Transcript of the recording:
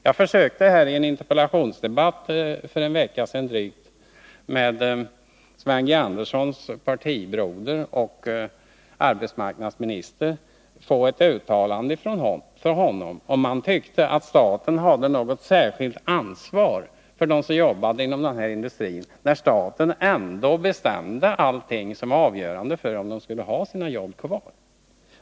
Jag försökte i en interpellationsdebatt för drygt en vecka sedan med Sven G. Anderssons partibroder, arbetsmarknadsministern, få ett uttalande, om han tyckte att staten hade något särskilt ansvar för dem som arbetade inom den här industrin, när staten ändå bestämde allting som är avgörande för om de skall ha sina jobb kvar.